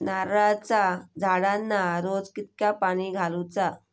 नारळाचा झाडांना रोज कितक्या पाणी घालुचा?